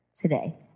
today